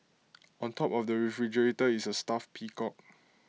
on top of the refrigerator is A stuffed peacock